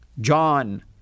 John